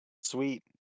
sweet